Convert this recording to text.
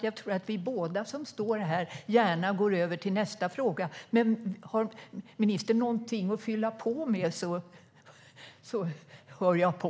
Jag tror att vi båda som står här gärna går över till nästa fråga. Men har ministern någonting att fylla på med hör jag på.